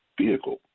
vehicle